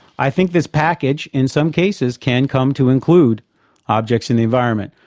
i think this package, in some cases, can come to include objects in the environment.